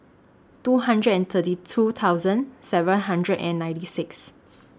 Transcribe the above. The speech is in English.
two hundred and thirty two thousand seven hundred and ninety six